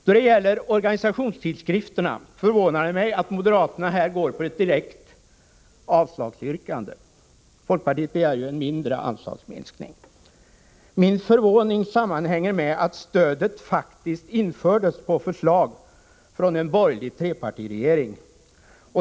Då det gäller organisationstidskrifterna förvånar det mig att moderaterna här går till ett direkt avslagsyrkande. Folkpartiet begär en mindre anslagsminskning. Min förvåning hänger samman med att stödet faktiskt infördes på förslag från en borgerlig trepartiregering.